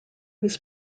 was